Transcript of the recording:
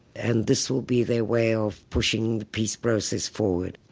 and this will be their way of pushing the peace process forward.